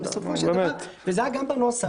וזה היה גם בנוסח.